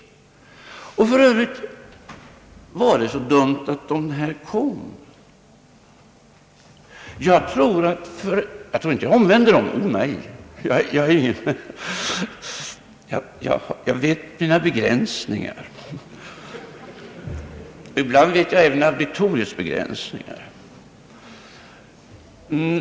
Var det för övrigt så dumt att de här människorna kom? Jag tror inte jag omvände dem — åh nej, jag vet mina begränsningar, och ibland vet jag även auditoriets begränsningar.